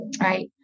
Right